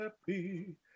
happy